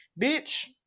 Bitch